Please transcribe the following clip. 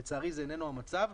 לצערי, זה איננו המצב.